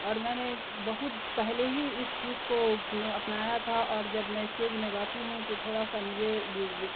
اور میں نے بہت پہلے ہی اس چیز کو اپنایا تھا اور جب میں اسٹیج میں گاتی ہوں تو تھوڑا سا مجھے